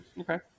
Okay